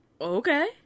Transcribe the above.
Okay